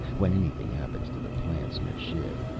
when anything happens to the plants in a ship,